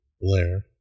Blair